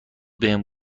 بهم